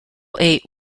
eight